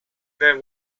there